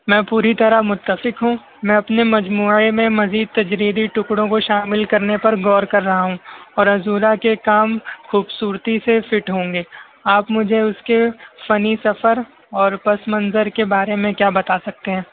میں پوری طرح متفق ہوں میں اپنے مجموعے میں مزید تجدیدی ٹکڑوں کو شامل کرنے پر غور کر رہا ہوں اور عزورہ کے کام خوبصورتی سے فٹ ہوں گے آپ مجھے اس کے فنی سفر اور پس منظر کے بارے میں کیا بتا سکتے ہیں